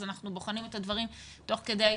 אז אנחנו בוחנים את הדברים תוך כדי התפתחויות.